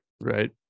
right